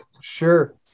Sure